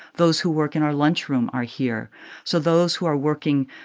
those who work in our lunchroom are here so those who are working